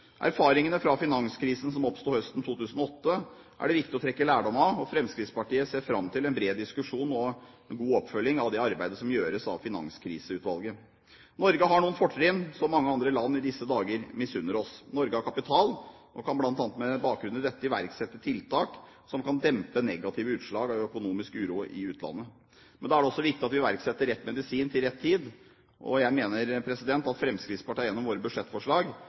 Erfaringene fra finanskrisen som oppsto høsten 2008, er det viktig å trekke lærdom av, og Fremskrittspartiet ser fram til en bred diskusjon og god oppfølging av det arbeidet som gjøres av Finanskriseutvalget. Norge har noen fortrinn som mange andre land i disse dager misunner oss. Norge har kapital, og kan bl.a. med bakgrunn i dette iverksette tiltak som kan dempe negative utslag av økonomisk uro i utlandet. Men da er det også viktig at vi iverksetter rett medisin til rett tid, og jeg mener at Fremskrittspartiet gjennom sine budsjettforslag